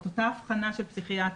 את אותה אבחנה של פסיכיאטר,